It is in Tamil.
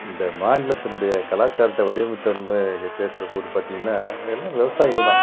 இந்த மாநிலத்தினுடைய கலாச்சாரத்தை வடிவமைத்தவர்ன்னு இங்கே பேசுகிறபோது பார்த்தீங்கன்னா அது எல்லாம் விவசாயிகள்தான்